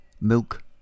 Milk